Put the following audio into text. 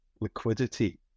liquidity